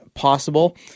possible